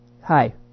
Hi